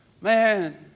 Man